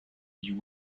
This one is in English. you